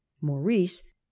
maurice